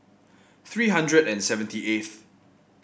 three hundred and seventy eighth